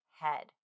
head